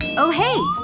oh, hey!